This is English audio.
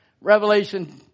Revelation